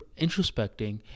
introspecting